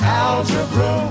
algebra